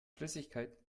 flüssigkeit